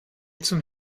zum